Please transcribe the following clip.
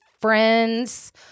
friends